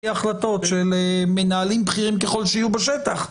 החלטות של מנהלים בכירים ככל שיהיו בשטח.